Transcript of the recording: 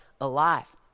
alive